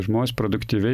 žmonės produktyviai